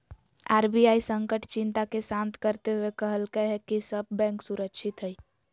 RBI संकट चिंता के शांत करते हुए कहलकय कि सब बैंक सुरक्षित हइ